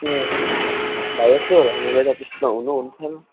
अँ भाइरसले होला नभए त त्यस्तो त हुनुहुने थिएन